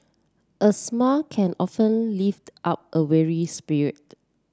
a smile can often lift up a weary spirit